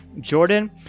Jordan